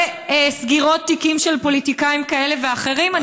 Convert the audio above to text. וסגירות תיקים של פוליטיקאים כאלה ואחרים?